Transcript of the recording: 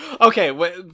Okay